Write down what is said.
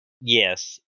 Yes